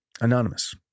anonymous